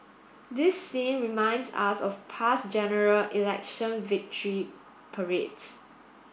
this scene reminds us of past General Election victory parades